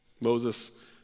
Moses